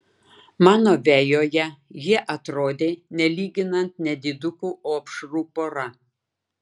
mano vejoje jie atrodė nelyginant nedidukų opšrų pora